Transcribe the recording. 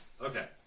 Okay